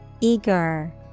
Eager